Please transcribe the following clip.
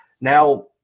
Now